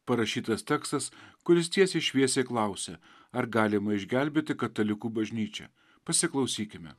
parašytas tekstas kuris tiesiai šviesiai klausia ar galima išgelbėti katalikų bažnyčią pasiklausykime